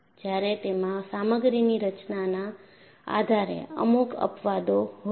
ત્યારે તેમાં સામગ્રીની રચનાના આધારે અમુક અપવાદો હોય છે